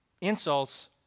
insults